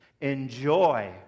Enjoy